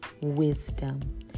wisdom